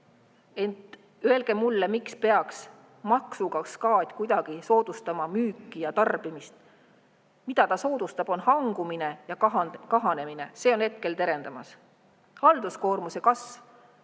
ent öelge mulle, kuidas peaks maksukaskaad kuidagi soodustama müüki ja tarbimist. See, mida ta soodustab, on hangumine ja kahanemine: see on hetkel terendamas. Halduskoormuse kasv,